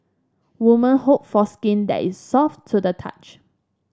women hope for skin that is soft to the touch